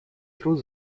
труд